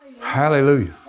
Hallelujah